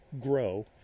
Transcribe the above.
grow